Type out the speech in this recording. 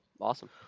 Awesome